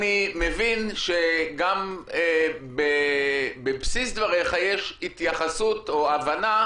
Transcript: אני מבין שגם בבסיס דבריך יש התייחסות או הבנה